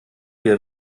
wir